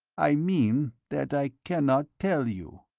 i mean that i cannot tell you.